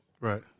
Right